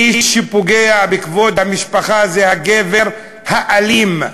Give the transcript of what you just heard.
מי שפוגע בכבוד המשפחה זה הגבר האלים,